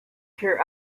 pure